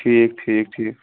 ٹھیٖک ٹھیٖک ٹھیٖک